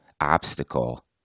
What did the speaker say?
obstacle